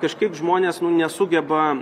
kažkaip žmonės nesugeba